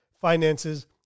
finances